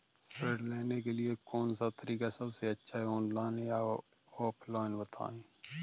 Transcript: ऋण लेने के लिए कौन सा तरीका सबसे अच्छा है ऑनलाइन या ऑफलाइन बताएँ?